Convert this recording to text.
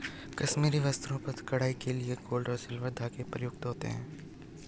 कश्मीरी वस्त्रों पर कढ़ाई के लिए गोल्ड और सिल्वर धागे प्रयुक्त होते हैं